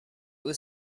was